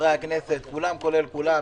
כולם כולל כולם.